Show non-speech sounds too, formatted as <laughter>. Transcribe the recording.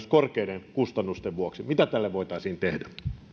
<unintelligible> korkeiden kustannusten vuoksi mitä tälle voitaisiin tehdä